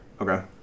Okay